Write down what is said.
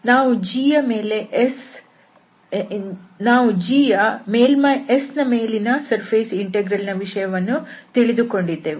ನಾವು g ಯ ಮೇಲ್ಮೈ S ನ ಮೇಲಿನ ಸರ್ಫೇಸ್ ಇಂಟೆಗ್ರಲ್ ನ ವಿಷಯ ತಿಳಿದುಕೊಂಡಿದ್ದೆವು